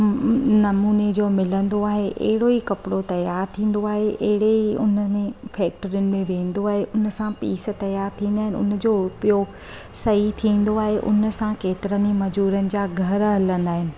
नमूने जो मिलंदो आहे अहिड़ो ई कपिड़ो तयारु थींदो आहे अहिड़े ई उनमें ई फैक्ट्रिनि में वेंदौ आहे उनसां पीस तयारु थींदा आहिनि उनजो उपयोग सही थींदो आहे उनसां केतिरनि ई मजूरनि जा घर हलंदा आहिनि